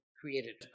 created